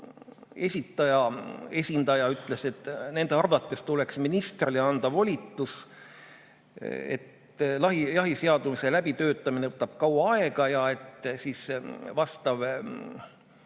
esitajate esindaja, ütles, et nende arvates tuleks ministrile anda volitus, jahiseaduse läbitöötamine võtab kaua aega ja et öösihiku kasutus